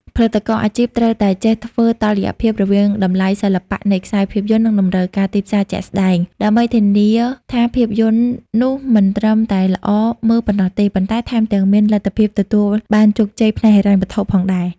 ផលិតករអាជីពត្រូវតែចេះធ្វើតុល្យភាពរវាងតម្លៃសិល្បៈនៃខ្សែភាពយន្ត និងតម្រូវការទីផ្សារជាក់ស្ដែង ដើម្បីធានាថាភាពយន្តនោះមិនត្រឹមតែល្អមើលប៉ុណ្ណោះទេ ប៉ុន្តែថែមទាំងមានលទ្ធភាពទទួលបានជោគជ័យផ្នែកហិរញ្ញវត្ថុផងដែរ។